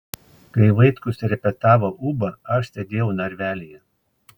kai vaitkus repetavo ūbą aš sėdėjau narvelyje